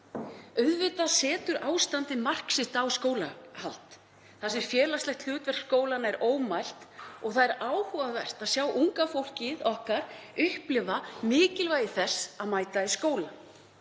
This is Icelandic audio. Auðvitað setur ástandið mark sitt á skólahald þar sem félagslegt hlutverk skólanna er ómælt og það er áhugavert að sjá unga fólkið okkar upplifa mikilvægi þess að mæta í skóla.